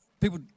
people